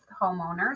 homeowners